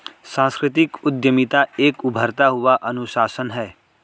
सांस्कृतिक उद्यमिता एक उभरता हुआ अनुशासन है